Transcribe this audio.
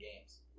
games